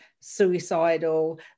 suicidal